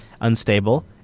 unstable